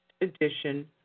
edition